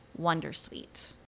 Wondersuite